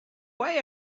why